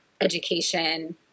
education